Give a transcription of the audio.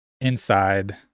Inside